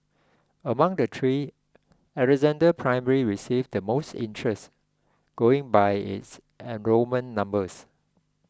among the three Alexandra Primary received the most interest going by its enrolment numbers